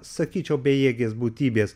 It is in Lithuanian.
sakyčiau bejėgės būtybės